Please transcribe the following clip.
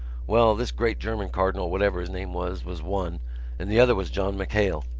well, this great german cardinal, whatever his name was, was one and the other was john machale.